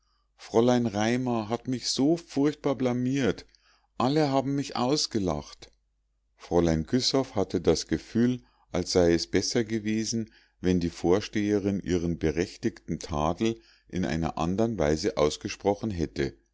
fräulein raimar hat mich so furchtbar blamiert alle haben mich ausgelacht fräulein güssow hatte das gefühl als sei es besser gewesen wenn die vorsteherin ihren berechtigten tadel in einer andern weise ausgesprochen hätte